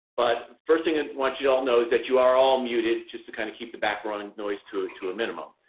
but first thing i and want you all know is that you are all muted just to kind of keep the background and noise to ah to a minimum.